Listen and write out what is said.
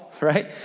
right